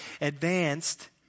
advanced